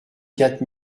quatre